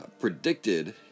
predicted